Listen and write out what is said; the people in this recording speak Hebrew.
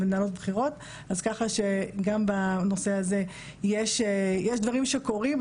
בכירות, אז ככה שגם בנושא הזה יש דברים שקורים.